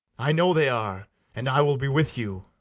i know they are and i will be with you.